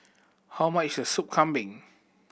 how much is a Soup Kambing